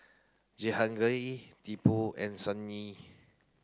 Jehangirr Tipu and Sunil